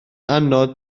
anodd